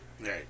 Right